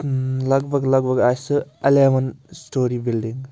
لَگ بگ لگ بگ آسہِ سُہ اَلیوَن سٕٹوری بِلڈِنٛگ